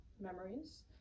memories